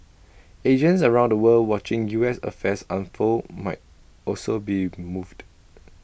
Asians around the world watching U S affairs unfold might also be moved